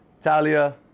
Talia